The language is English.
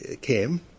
came